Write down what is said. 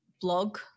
blog